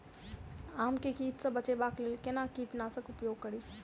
आम केँ कीट सऽ बचेबाक लेल कोना कीट नाशक उपयोग करि?